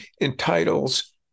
entitles